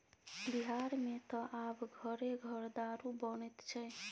बिहारमे त आब घरे घर दारू बनैत छै